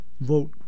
vote